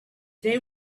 they